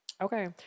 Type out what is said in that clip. Okay